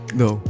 no